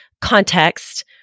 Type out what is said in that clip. context